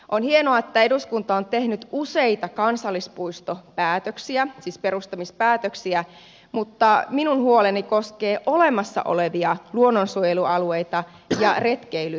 on hienoa että eduskunta on tehnyt useita kansallispuistojen perustamispäätöksiä mutta minun huoleni koskee olemassa olevia luonnonsuojelualueita ja retkeilyalueita